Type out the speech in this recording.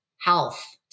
health